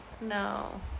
No